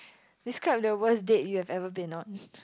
describe the worst date you've ever been on